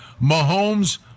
Mahomes